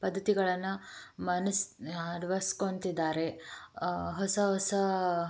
ಪದ್ದತಿಗಳನ್ನು ಮನಸ ಅಳವಡಿಸ್ಕೋತಿದ್ದಾರೆ ಹೊಸ ಹೊಸ